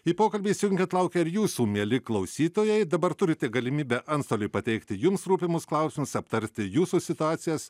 į pokalbį įsijungiant laukia ir jūsų mieli klausytojai dabar turite galimybę antstoliui pateikti jums rūpimus klausimus aptarti jūsų situacijas